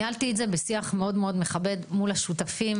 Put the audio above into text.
ניהלתי את הכול בשיח מאוד מאוד מכבד מול השותפים.